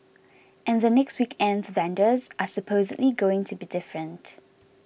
and the next weekend's vendors are supposedly going to be different